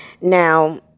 Now